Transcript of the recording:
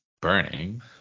burning